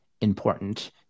important